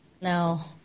Now